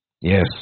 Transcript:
Yes